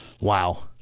Wow